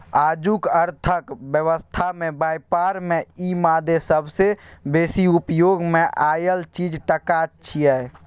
आजुक अर्थक व्यवस्था में ब्यापार में ई मादे सबसे बेसी उपयोग मे आएल चीज टका छिये